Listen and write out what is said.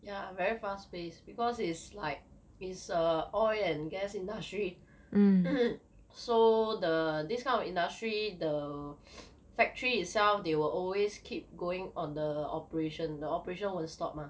ya very fast pace because is like is a oil and gas industry so the this kind of industry the factory itself they will always keep going on the operation the operation won't to stop mah